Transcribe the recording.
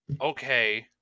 okay